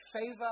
favor